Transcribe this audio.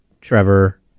Trevor